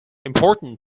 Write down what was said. important